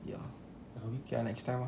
ya okay ah next time ah